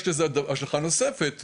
יש לזה השלכה נוספת,